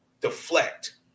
deflect